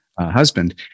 husband